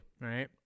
Right